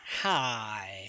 Hi